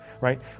right